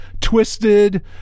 Twisted